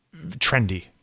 trendy